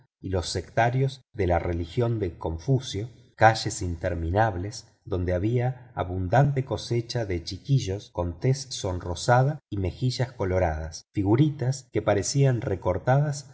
y los sectarios de la religión de confucio calles interminables donde había abundante cosecha de chiquillos con tez sonrosada y mejillas coloradas figuritas que parecían recortadas